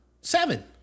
Seven